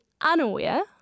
unaware